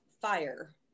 fire